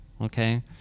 okay